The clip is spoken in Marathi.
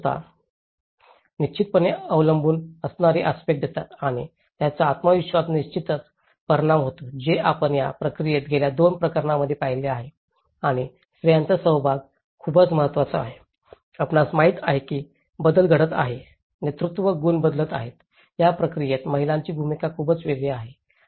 राज्य संस्था निश्चितपणे अवलंबून असणारी आस्पेक्ट देतात आणि याचा आत्मविश्वास निश्चितच परिणाम होतो जे आपण या प्रक्रियेत गेल्या दोन प्रकरणांमध्ये पाहिले आहे आणि स्त्रियांचा सहभाग खूप महत्वाचा आहे आपणास माहित आहे की बदल घडत आहे नेतृत्व गुण बदलत आहेत या प्रक्रियेत महिलांची भूमिका खूप वेगळी आहे